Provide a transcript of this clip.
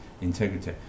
integrity